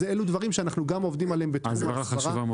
אז אלה דברים שאנחנו עובדים עליהם תקופה קצרה.